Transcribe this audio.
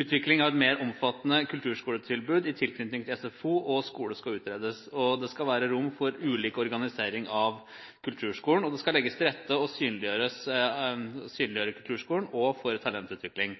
Utvikling av et mer omfattende kulturskoletilbud i tilknytning til SFO og skoler skal utredes. Det skal være rom for ulik organisering av kulturskolen, og det skal legges til rette for å synliggjøre kulturskolen og for talentutvikling.